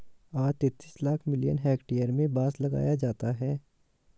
आज तैंतीस lakh million hectare में बांस लगाया जाता है